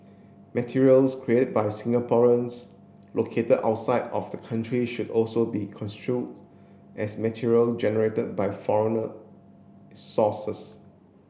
materials create by Singaporeans located outside of the country should also be construe as material generated by foreigner sources